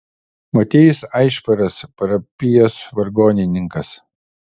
motiejus aišparas parapijos vargonininkas